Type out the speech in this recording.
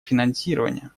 финансирование